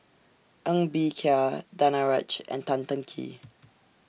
Ng Bee Kia Danaraj and Tan Teng Kee